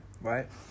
right